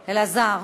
אלעזר.